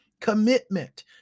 Commitment